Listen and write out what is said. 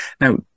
Now